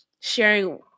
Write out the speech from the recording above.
sharing